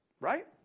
right